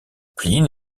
pline